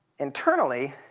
internally,